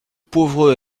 pauvres